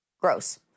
gross